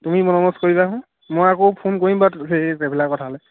তুমি বন্দবস কৰিবাচোন মই আকৌ ফোন কৰিম বা সেই ট্ৰেভেলাৰ কথা লৈ